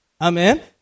Amen